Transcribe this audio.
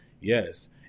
yes